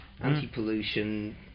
anti-pollution